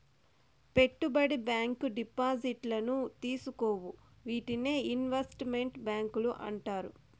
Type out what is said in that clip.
పెట్టుబడి బ్యాంకు డిపాజిట్లను తీసుకోవు వీటినే ఇన్వెస్ట్ మెంట్ బ్యాంకులు అంటారు